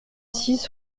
six